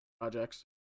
projects